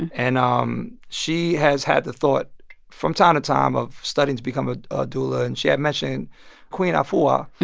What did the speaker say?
and um she has had the thought from time to time of studying to become a doula, and she had mentioned queen afua,